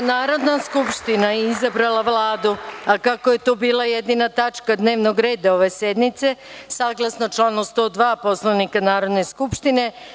Narodna skupština izabrala Vladu, a kako je to bila jedina tačka dnevnog reda ove sednice, saglasno članu 102. Poslovnika Narodne skupštine,